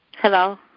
Hello